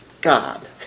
god